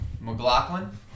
McLaughlin